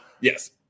Yes